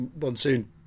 monsoon